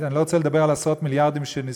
ואני לא רוצה לדבר על עשרות מיליארדים שנשרפו,